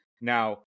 Now